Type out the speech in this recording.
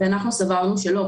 אנחנו סברנו שלא.